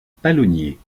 palonnier